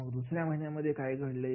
नंतर दुसऱ्या महिन्यामध्ये काय घडले